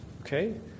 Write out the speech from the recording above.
okay